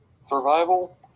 Survival